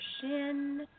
shin